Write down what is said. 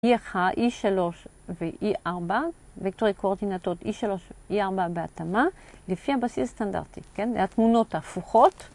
E1, E3 ו-E4, וקטורי קואורטינטות E3 ו-E4 בהתאמה, לפי הבסיס סטנדרטי, כן? זה התמונות ההפוכות.